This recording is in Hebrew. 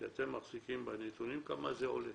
מחזיקים בנתונים, כמה זה עולה,